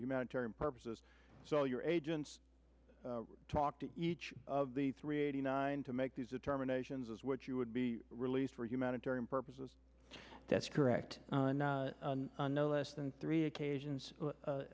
humanitarian purposes so your agents talk to each of the three eighty nine to make these determinations as what you would be released for humanitarian purposes that's correct and no less than three occasions